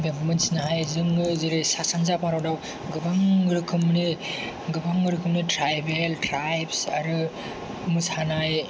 बेबो मिन्थिनो हायो जोङो जेरै सा सानजा भारताव गोबां रोखोमनि ट्राइबेल ट्राइब्स आरो मोसानाय